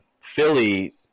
Philly